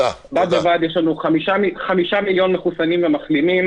יש לנו 5 מיליון מחוסנים ומחלימים